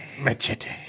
Machete